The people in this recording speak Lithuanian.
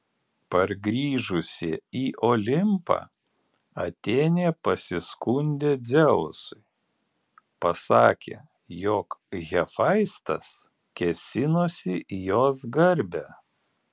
pargrįžusi į olimpą atėnė pasiskundė dzeusui pasakė jog hefaistas kėsinosi į jos garbę